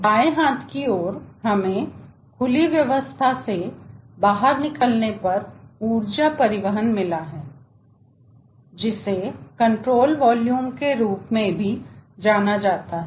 बाएं हाथ की ओर हमें खुली व्यवस्था से बाहर निकलने पर ऊर्जा परिवहन मिला है जिसे नियंत्रण वॉल्यूम के रूप में भी जाना जाता है